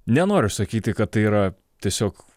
nenoriu sakyti kad tai yra tiesiog